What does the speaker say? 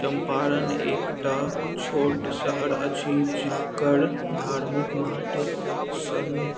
चम्पारण एकटा छोट शहर अछि जकर धार्मिक महत्व सन्त